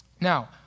Now